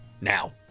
now